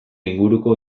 inguruko